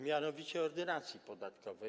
mianowicie Ordynacji podatkowej.